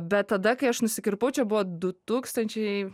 bet tada kai aš nusikirpau čia buvo du tūkstančiai